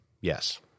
Yes